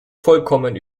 vollkommen